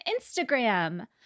Instagram